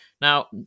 Now